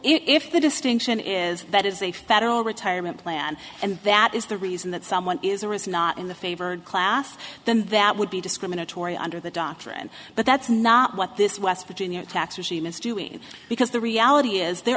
if the distinction is that is a federal retirement plan and that is the reason that someone is or is not in the favored class then that would be discriminatory under the doctrine but that's not what this west virginia tax regime is doing because the reality is there